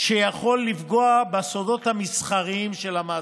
שיכול לפגוע בסודות המסחריים של המעסיק.